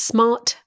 Smart